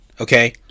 okay